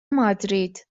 مادرید